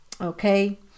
okay